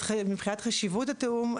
אז מבחינת חשיבות התיאום,